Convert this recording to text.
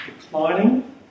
declining